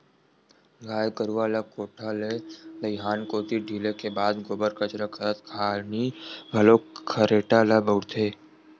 गाय गरुवा ल कोठा ले दईहान कोती ढिले के बाद गोबर कचरा करत खानी घलोक खरेटा ल बउरथे